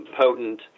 potent